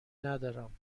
ندارم